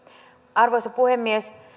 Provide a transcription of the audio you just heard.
arvoisa puhemies